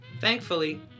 Thankfully